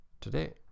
Today